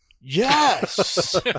Yes